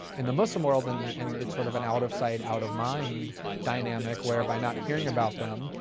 in the muslim world and and it's sort of an out of sight, out of mind dynamic whereby not hearing about them,